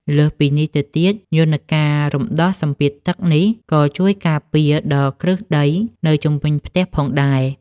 លើសពីនេះទៅទៀត យន្តការរំដោះសម្ពាធទឹកនេះក៏ជួយការពារដល់គ្រឹះដី នៅជុំវិញផ្ទះផងដែរ ។